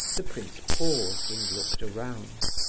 the prince paused, and looked around.